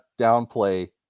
downplay